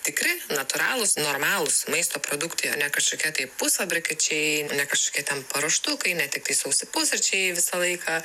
tikri natūralūs normalūs maisto produktai o ne kažkokie tai pusfabrikačiai ne kažkokie ten paruoštukai ne tiktai sausi pusryčiai visą laiką